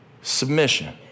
submission